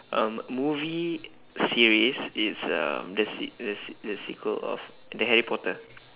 um movie series is um the se~ the se~ the sequel of the harry potter